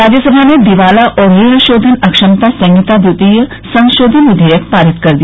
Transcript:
राज्यसभा ने दिवाला और ऋण शोधन अक्षमता संहिता द्वितीय संशोधन विधेयक पारित कर दिया